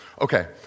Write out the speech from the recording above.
Okay